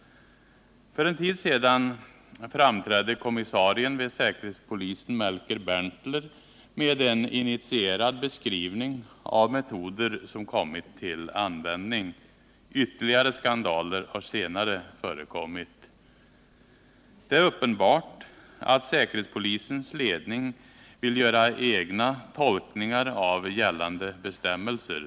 För en tid sedan framträdde kommissarien vid säkerhetspolisen, Melker Berntler, med en initierad beskrivning av metoder som kommit till användning. Ytterligare skandaler har senare förekommit. Det är uppenbart att säkerhetspolisens ledning vill göra egna tolkningar av gällande bestämmelser.